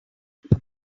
what